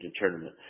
tournament